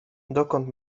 dokąd